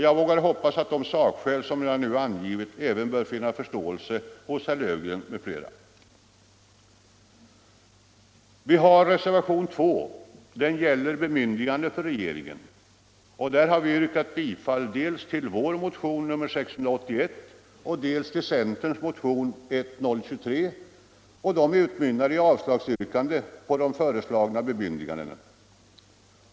Jag vågar hoppas att de sakskäl som jag nu angivit skall finna förståelse även hos herr Löfgren m.fl. Reservationen 2 gäller bemyndiganden för regeringen. Vi har yrkat bifall dels till vår motion nr 681, dels till centerns motion nr 1023, vilka utmynnar i yrkande om avslag på förslagen om bemyndiganden.